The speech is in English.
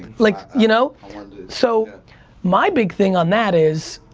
like you know so my big thing on that is,